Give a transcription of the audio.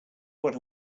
what